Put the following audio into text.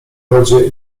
wodzie